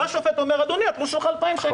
השופט אומר: אדוני, התלוש שלך הוא על 2,000 שקל.